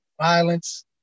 violence